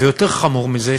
ויותר חמור מזה,